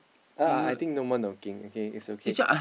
oh I I think no more knocking okay it's okay